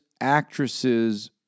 actresses